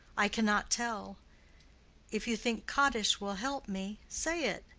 i cannot tell if you think kaddish will help me say it,